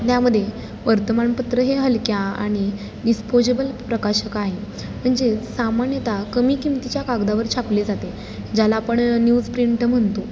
त्यामध्ये वर्तमानपत्र हे हलक्या आणि डिस्पोजेबल प्रकाशक आहे म्हणजेच सामान्यत कमी किमतीच्या कागदावर छापले जाते ज्याला आपण न्यूजप्रिंट म्हणतो